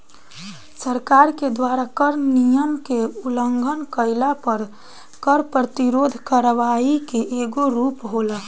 सरकार के द्वारा कर नियम के उलंघन कईला पर कर प्रतिरोध करवाई के एगो रूप होला